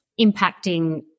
impacting